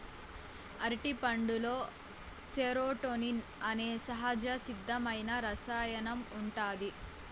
అరటిపండులో సెరోటోనిన్ అనే సహజసిద్ధమైన రసాయనం ఉంటాది